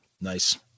Nice